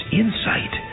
insight